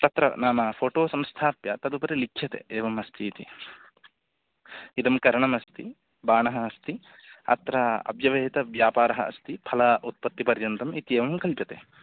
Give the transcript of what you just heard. तत्र नाम फ़ोटो संस्थाप्य तदुपरि लिख्यते एवम् अस्तीति इदं करणमस्ति बाणः अस्ति अत्र अव्यवहितव्यापारः अस्ति फल उत्पत्तिपर्यन्तम् इत्यवं कल्प्यते